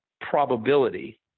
probability